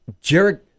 Jared